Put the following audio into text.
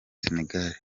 senegal